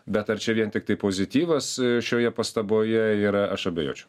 bet ar čia vien tiktai pozityvas šioje pastaboje yra aš abejočiau